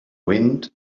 wind